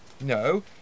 No